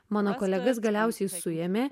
mano kolegas galiausiai suėmė